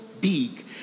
big